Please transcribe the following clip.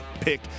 Pick